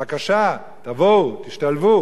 בבקשה, תבואו, תשתלבו.